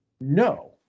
no